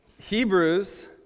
Hebrews